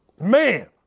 Man